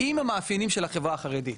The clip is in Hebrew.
עם המאפיינים של החברה החרדית